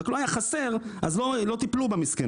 רק לא היה חסר אז לא טיפלו בה מסכנה,